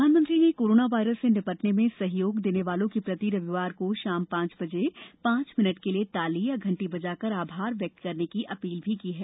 प्रधानमंत्री ने corona virus से निपटने में सहयोग देने वालों के प्रति रविवार को शाम पांच बजे पांच मिनट के लिए ताली या घंटी बजाकर आभार व्यक्त करने की अपील भी की है